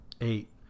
eight